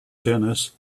tennis